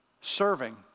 Serving